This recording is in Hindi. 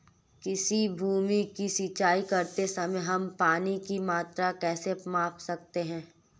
किसी भूमि की सिंचाई करते समय हम पानी की मात्रा कैसे माप सकते हैं?